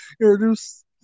introduce